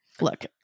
look